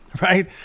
right